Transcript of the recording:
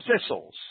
thistles